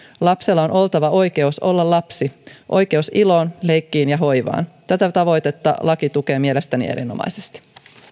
lapsella on oltava oikeus olla lapsi oikeus iloon leikkiin ja hoivaan tätä tavoitetta laki tukee mielestäni erinomaisesti